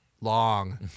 long